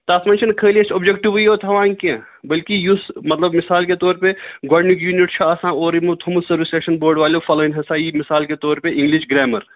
تَتھ منٛز چھَنہٕ خٲلی اَسہِ اوبجٹِوٕے اوت تھاوان کیٚنٛہہ بٔلکہِ یُس مطلب مثال کے طور پہِ گۄڈنیُک یوٗنٹ چھُ آسان اورٕ یِموتھومُت سٔروِس سِلٮ۪کشن بورڈ والیو فلٲنۍ ہسا یہِ مِثال کے طور پے اِنٛگلش گرٛٮ۪مَر